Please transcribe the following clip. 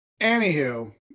Anywho